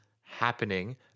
happening